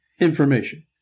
information